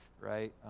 right